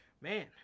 man